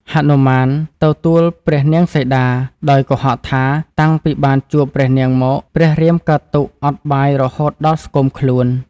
ហនុមានទៅទួលនាងសីតា ដោយកុហកថាតាំងពីបានជួបព្រះនាងមកព្រះរាមកើតទុក្ខអត់បាយរហូតដល់ស្គមខ្លួន។